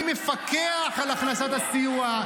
אני מפקח על הכנסת הסיוע.